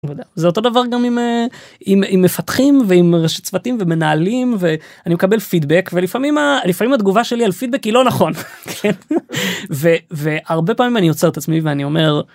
זה אותו דבר גם עם מפתחים ועם ראשי צוותים ומנהלים ואני מקבל פידבק ולפעמים, לפעמים התגובה שלי על פידבק היא: ״לא נכון״ והרבה פעמים אני עוצר את עצמי ואני אומר.